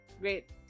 Great